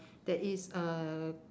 that is uh